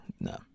No